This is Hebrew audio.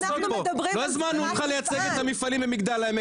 לא הזמנו אותך לייצג את המפעלים במגדל העמק,